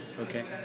Okay